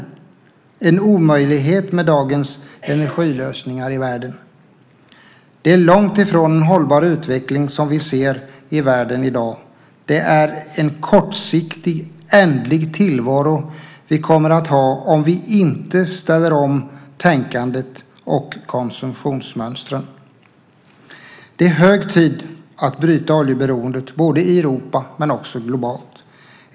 Det är en omöjlighet med dagens energilösningar i världen. Det är långt ifrån en hållbar utveckling som vi ser i världen i dag. Vi kommer att ha en kortsiktig, ändlig tillvaro om vi inte ställer om tänkandet och konsumtionsmönstren. Det är hög tid att bryta oljeberoendet både i Europa och globalt.